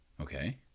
Okay